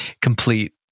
complete